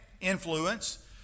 influence